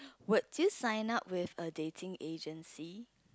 would you sign up with a dating agency